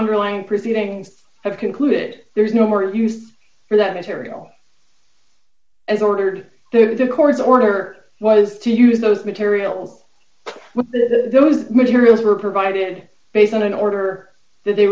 underlying proceedings have concluded there is no more use for that material as ordered the court's order was to use those materials the those materials were provided based on an order that they